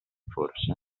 forse